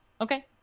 Okay